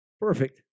Perfect